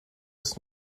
ist